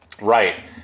Right